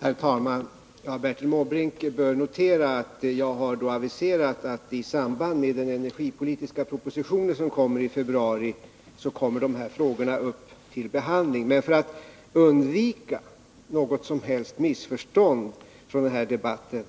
Herr talman! Bertil Måbrink bör notera att jag aviserat att de här frågorna kommer upp till behandling i samband med den energipolitiska propositionen, som läggs fram i februari. Men för att undvika varje missförstånd med anledning av den här debatten